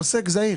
לעוסק זעיר.